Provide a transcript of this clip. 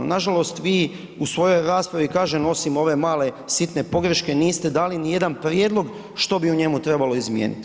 Nažalost, vi u svojoj raspravi, kažem, ovim ove male sitne pogreške, niste dali nijedan prijedlog što bi u njemu trebalo izmijeniti.